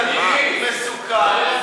אדוני, זה תקדים מסוכן,